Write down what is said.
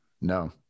No